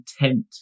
intent